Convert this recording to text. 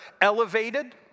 elevated